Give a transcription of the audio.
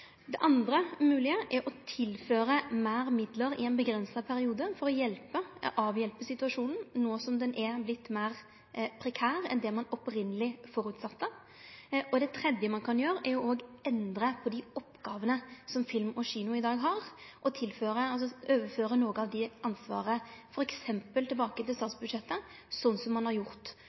Det andre moglege er å tilføre meir midlar i ein avgrensa periode for å avhjelpe situasjonen no som den er vorten meir prekær enn det ein opphavleg føresette. Det tredje ein kan gjere, er å endre på dei oppgåvene som Film & Kino i dag har, og overføre noko av ansvaret f.eks. tilbake til statsbudsjettet, sånn som ein har gjort